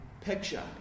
picture